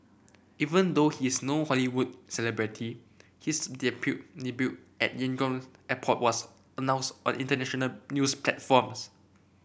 even though he is no Hollywood celebrity his debut at Yangon airport was announced on international news platforms